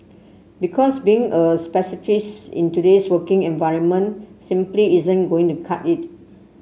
because being a pacifist in today's working environment simply isn't going to cut it